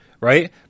right